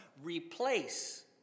Replace